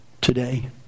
today